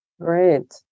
Great